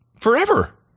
Forever